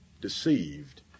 deceived